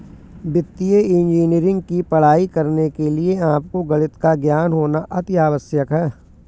वित्तीय इंजीनियरिंग की पढ़ाई करने के लिए आपको गणित का ज्ञान होना अति आवश्यक है